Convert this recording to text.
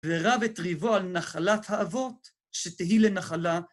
‫ורב את ריבו על נחלת האבות ‫שתהי לנחלה.